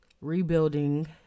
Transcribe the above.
rebuilding